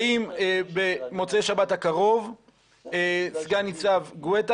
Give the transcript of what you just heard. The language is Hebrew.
האם במוצאי שבת הקרוב סגן ניצב גואטה